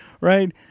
right